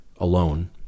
alone